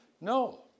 No